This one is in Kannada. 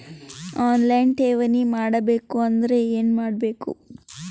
ಆನ್ ಲೈನ್ ಠೇವಣಿ ಮಾಡಬೇಕು ಅಂದರ ಏನ ಮಾಡಬೇಕು?